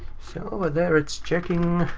so but there it's checking,